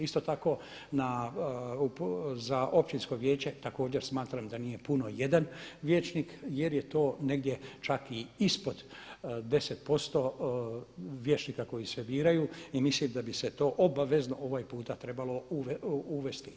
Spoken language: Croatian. Isto tako za općinsko vijeće također smatram da nije puno jedan vijećnik jer je to negdje čak i ispod 10% vijećnika koji se biraju i mislim da bi se to obavezno ovaj puta trebalo uvesti.